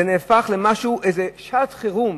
זה נהפך לאיזו שעת חירום,